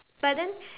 but then